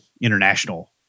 international